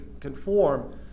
conform